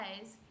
guys